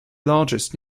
largest